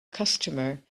customer